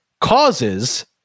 causes